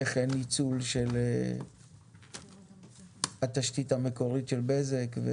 איך אין ניצול של התשתית המקורית של בזק.